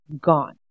gone